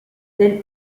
then